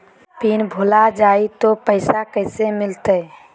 Pin भूला जाई तो पैसा कैसे मिलते?